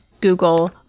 Google